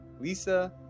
Lisa